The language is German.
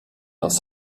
aus